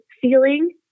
feeling